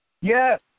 Yes